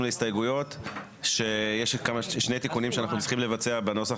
להסתייגויות שיש שני תיקונים שאנחנו צריכים לבצע בנוסח